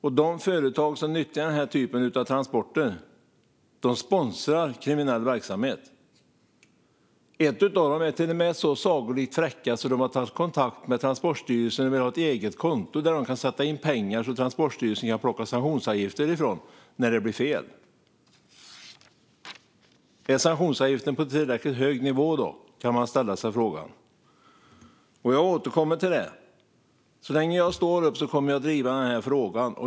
De företag som nyttjar dessa transporter sponsrar kriminell verksamhet. I ett av dem har man till och med varit så sagolikt fräck att man har tagit kontakt med Transportstyrelsen och vill ha ett eget konto där för att kunna sätta in pengar som Transportstyrelsen sedan kan plocka ut sanktionsavgifter från när det blir fel. Är sanktionsavgiften på tillräckligt hög nivå då? Jag återkommer till det. Så länge jag står upp kommer jag att driva denna fråga.